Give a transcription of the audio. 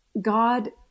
God